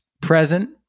present